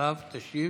אחריו תשיב